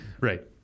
Right